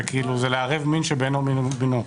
זה לערב מין שבאינו מינו.